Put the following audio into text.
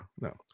no